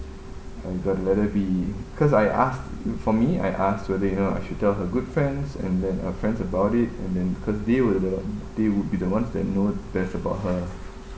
I got to let her be cause I asked for me I asked whether you know I should tell her good friends and then uh friends about it and then cause they were the they would be the ones that know the best about her